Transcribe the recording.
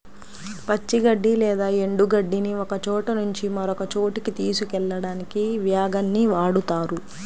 పచ్చి గడ్డి లేదా ఎండు గడ్డిని ఒకచోట నుంచి మరొక చోటుకి తీసుకెళ్ళడానికి వ్యాగన్ ని వాడుతారు